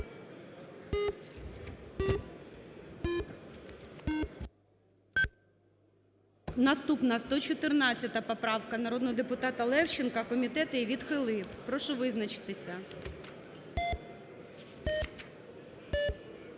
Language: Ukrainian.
Наступна 114-а поправка народного депутата Левченка. Комітет її відхилив. Прошу визначитися. 11:36:22